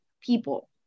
people